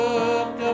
Look